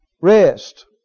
Rest